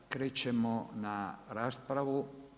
Krećemo na raspravu.